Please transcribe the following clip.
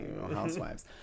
housewives